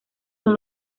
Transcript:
son